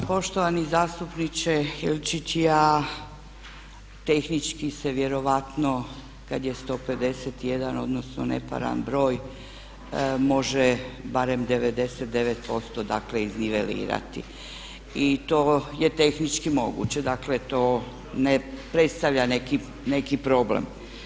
Pa poštovani zastupniče Ilčić, tehnički se vjerojatno kada je 151, odnosno neparan broj može barem 99% dakle iznivelirati i to je tehnički moguće, dakle to ne predstavlja neki problem.